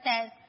says